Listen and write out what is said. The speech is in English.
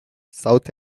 south